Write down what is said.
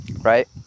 right